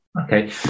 okay